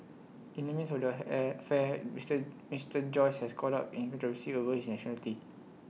in the midst of the affair Mister Mister Joyce has caught up in controversy over his nationality